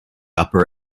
upper